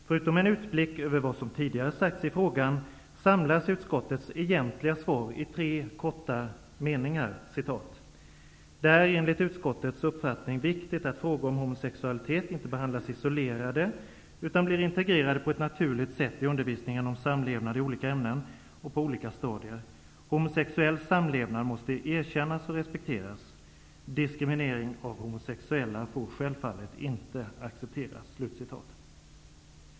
Förutom en utblick över vad som tidigare har sagts i frågan samlas utskottets egentliga svar i tre korta meningar: ''Det är enligt utskottets uppfattning viktigt att frågor om homosexualitet inte behandlas isolerade utan blir integrerade på ett naturligt sätt i undervisningen om samlevnad i olika ämnen och på olika stadier. Homosexuell samlevnad måste erkännas och respekteras. Diskriminering av homosexuella får självfallet inte accepteras''.